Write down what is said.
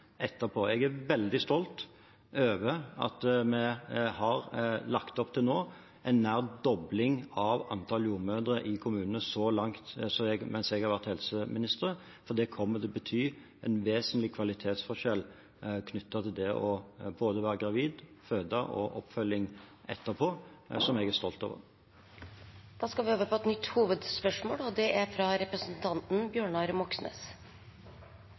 etterpå. Jeg er veldig stolt av at vi nå har lagt opp til nær en dobling av antall jordmødre i kommunene så lenge jeg har vært helseminister. Det kommer til å bety en vesentlig kvalitetsforskjell knyttet til det å være gravid, føde og få oppfølging etterpå, noe jeg er stolt av. Vi går da videre til neste hovedspørsmål. Bunadsgeriljaen vokser for hver dag som går. De er